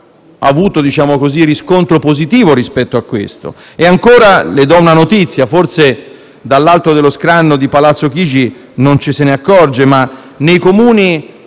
ma non abbiamo avuto riscontro positivo rispetto a questo. E ancora, le do una notizia: forse dall'alto dello scranno di Palazzo Chigi non ci se ne accorge, ma nei parcheggi